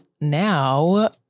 now